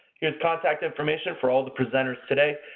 here is contact information for all the presenters today.